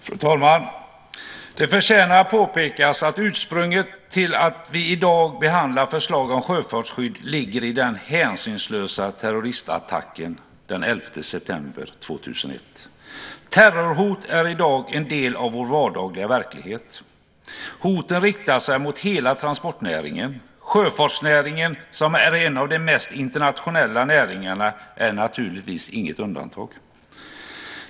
Fru talman! Det förtjänar att påpekas att ursprunget till att vi i dag behandlar förslag om sjöfartsskydd ligger i den hänsynslösa terroristattacken den 11 september 2001. Terrorhot är i dag en del av vår vardagliga verklighet. Hoten riktar sig mot hela transportnäringen. Sjöfartsnäringen, som är en av de mest internationella näringarna, är naturligtvis inget undantag.